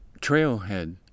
trailhead